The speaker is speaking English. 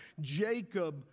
Jacob